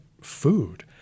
food